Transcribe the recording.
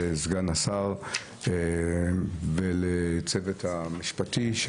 לסגן השר ולצוות המשפטי.